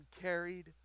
carried